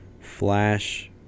flash